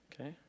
okay